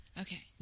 Okay